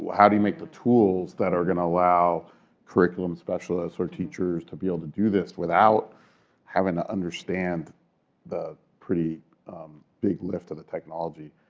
how do you make the tools that are going to allow curriculum specialists or teachers to be able to do this without having to understand the pretty big lift of the technology?